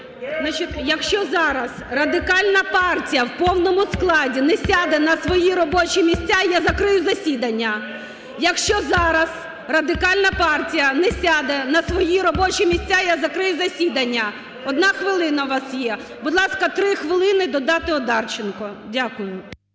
Якщо зараз Радикальна партія не сяде на свої робочі місця, я закрию засідання. Одна хвилина у вас є. Будь ласка, три хвилини додати Одарченко. Дякую.